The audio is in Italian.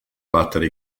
battere